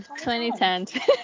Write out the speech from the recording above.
2010